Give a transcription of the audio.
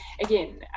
again